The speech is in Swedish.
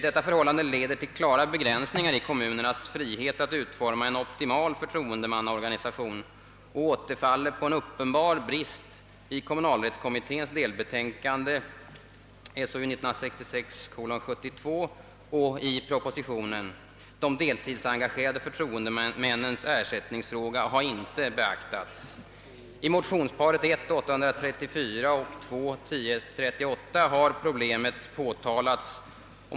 Detta förhållande leder till klara begränsningar i kommunernas frihet att utforma en optimal förtroendemannaorganisation och återfaller på en uppenbar brist i kommunalrättskommitténs delbetänkande, SOU 1966:72, och i propositionen — de deltidsengagerade förtroendemännens ersättningsfråga har inte beaktats. I motionsparet 1: 834 och II: 1038 har problemet påtalats.